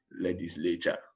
legislature